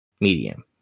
medium